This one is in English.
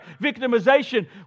victimization